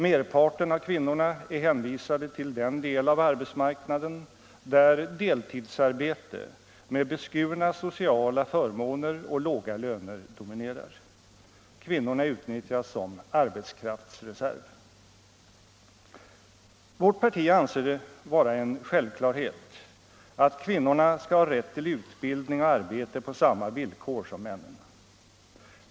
Merparten av kvinnorna är hänvisade till den del av arbetsmarknaden där deltidsarbete med beskurna sociala förmåner och låga löner dominerar. Kvinnorna utnyttjas som arbetskraftsreserv. Vårt parti anser det vara en självklarhet att kvinnorna skall ha rätt till utbildning och arbete på samma villkor som männen.